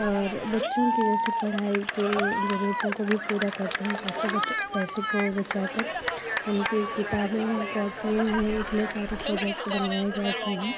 और बच्चों की जैसे पढ़ाई के ज़रूरतों को भी पूरा करते हैं पैसो बचा पैसे को बचा कर उनकी किताबें हैं कॉपीयाँ हैं इतने सारे प्रोजेक्ट बनवाए जाते हैं